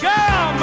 Girl